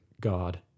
God